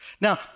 Now